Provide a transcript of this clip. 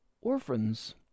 orphans